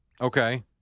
Okay